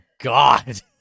God